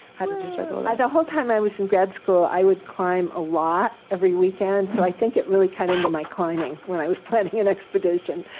how did you juggle and that the whole time i was in grad school, i would climb a lot, every weekend, so i think it really cut into my climbing when i was planning an expedition.